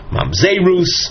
Mamzerus